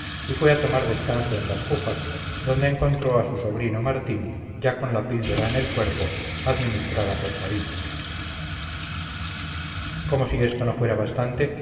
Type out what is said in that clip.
y fue a tomar descanso en las cujas donde encontró a su sobrino martín ya con la píldora en el cuerpo administrada por sabino como si esto no fuera bastante